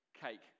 Cake